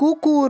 কুকুর